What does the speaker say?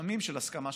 של הסכמה שבשתיקה.